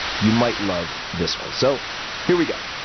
you might love this one. so here we go.